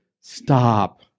stop